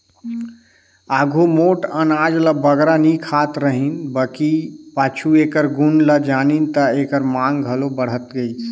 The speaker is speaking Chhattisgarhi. आघु मोट अनाज ल बगरा नी खात रहिन बकि पाछू एकर गुन ल जानिन ता एकर मांग घलो बढ़त गइस